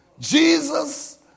Jesus